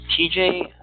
TJ